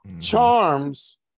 Charms